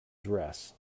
dress